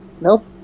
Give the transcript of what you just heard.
Nope